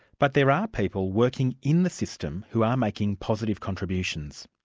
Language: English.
but there are people working in the system who are making positive contributions.